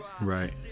Right